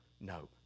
no